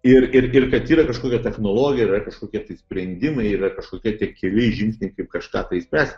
ir ir ir kad yra kažkokia technologija yra kažkokie sprendimai yra kažkokie tie keli žingsniai kaip kažką tai išspręsti